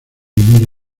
india